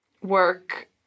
work